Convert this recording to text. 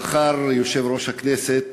יושב-ראש הכנסת